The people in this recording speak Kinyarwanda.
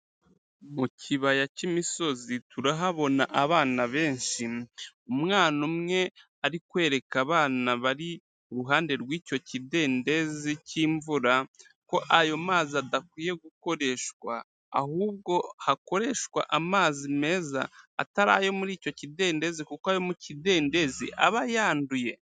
Mukibaya k'imisozi turahabona abana benshi umwana umwe ari kwereka abana bari iruhande rw'icyokidendezi k'imvura ko badakwiriye gukoresha amazi y'icyokidenzezi kuko aba yanduye.